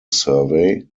survey